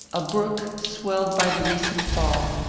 a brook, swelled by the recent thaw,